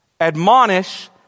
admonish